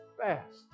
Fast